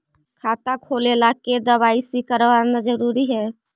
खाता खोले ला के दवाई सी करना जरूरी है?